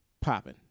popping